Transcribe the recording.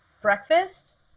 breakfast